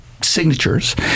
signatures